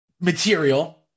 material